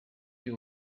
you